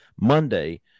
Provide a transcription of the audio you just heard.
Monday